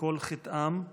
שכל חטאם הוא